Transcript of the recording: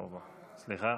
סליחה,